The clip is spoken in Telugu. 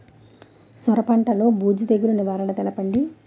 సొర పంటలో బూజు తెగులు నివారణ తెలపండి?